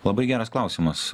labai geras klausimas